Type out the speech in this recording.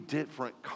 different